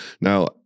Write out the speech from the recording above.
Now